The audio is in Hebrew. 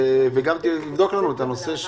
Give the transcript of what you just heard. וגם תבדוק לנו את נושא הזמנים.